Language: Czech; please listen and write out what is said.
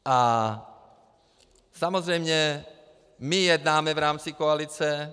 A samozřejmě my jednáme v rámci koalice.